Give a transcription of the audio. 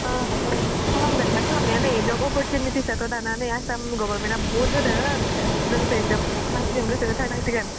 फाहामदोंना फाहामनाया नै बेवबो अपरसुनुटिसआथ' दाना आसाम गभर्नमेन्टआ बहुद होदों जोंसो एखदम गोसो होथारनांसिगोन